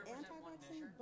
anti-vaccine